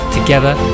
Together